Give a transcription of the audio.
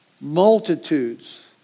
Multitudes